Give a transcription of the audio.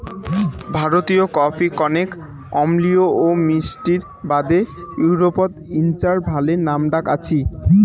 ভারতীয় কফি কণেক অম্লীয় ও মিষ্টির বাদে ইউরোপত ইঞার ভালে নামডাক আছি